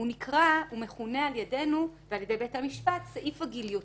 הוא מכונה על ידינו ועל ידי בית המשפט סעיף הגיליוטינה.